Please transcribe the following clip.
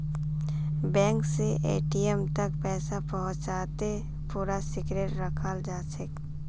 bank स ATM तक पैसा पहुंचाते पूरा सिक्रेट रखाल जाछेक